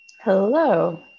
hello